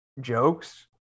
jokes